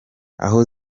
aho